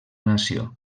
nació